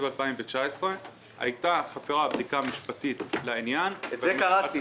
2019. הייתה חסרה בדיקה משפטית לעניין --- את זה קראתי.